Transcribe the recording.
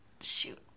Shoot